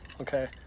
Okay